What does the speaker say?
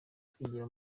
kwigira